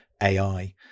AI